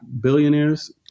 billionaires